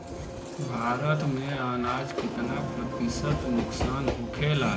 भारत में अनाज कितना प्रतिशत नुकसान होखेला?